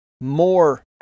more